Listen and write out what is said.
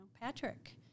Patrick